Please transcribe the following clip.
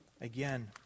again